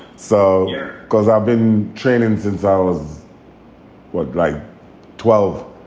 so because i've been training since i was was like twelve,